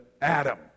Adam